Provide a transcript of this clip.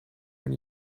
when